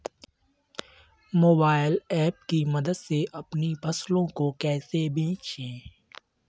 Mobile app की मदद से अपनी फसलों को कैसे बेचें?